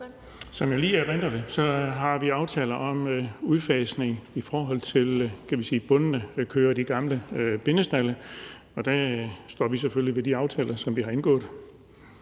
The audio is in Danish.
Som jeg lige erindrer det, har vi aftaler om udfasning af bundne køer og de gamle bindestalde, og der står vi selvfølgelig ved de aftaler, som vi har indgået.